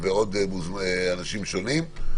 ועוד אנשים שונים.